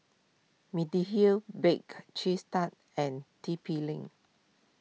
Mediheal Bake Cheese Tart and T P Link